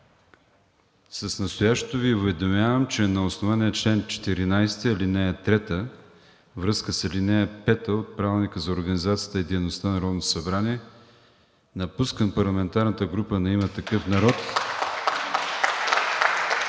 „С настоящето Ви уведомявам, че на основание чл. 14, ал. 3, връзка с ал. 5 от Правилника за организацията и дейността на Народното събрание напускам парламентарната група на „Има такъв народ“